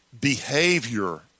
Behavior